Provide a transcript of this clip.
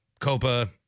Copa